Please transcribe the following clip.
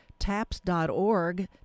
TAPS.org